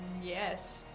yes